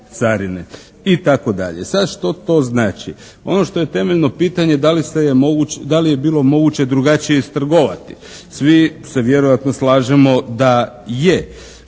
itd. Sad što to znači? Ono što je temeljno pitanje da li se je, da li je bilo moguće drugačije istrgovati. Svi se vjerojatno slažemo da je,